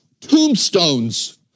tombstones